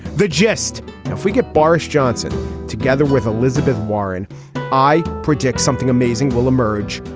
the gist if we get boris johnson together with elizabeth warren i predict something amazing will emerge.